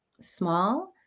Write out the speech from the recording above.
small